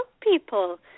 people